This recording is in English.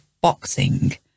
boxing